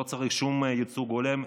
לא צריך שום ייצוג הולם,